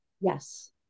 Yes